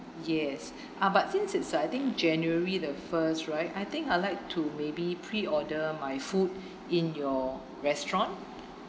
yes uh but since it's a I think january the first right I think I'd like to maybe pre order my food in your restaurant